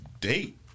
date